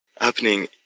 happening